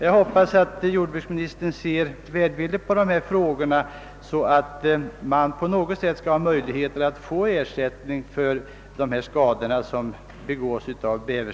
Jag hoppas att jordbruksministern ser välvilligt på dessa fråggor, så att det på något sätt blir möjligt att få ersättning för sådana här skador som orsakas av bäver.